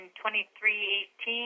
2318